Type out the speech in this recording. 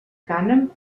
cànem